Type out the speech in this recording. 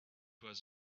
was